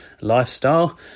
lifestyle